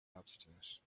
obstinate